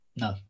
No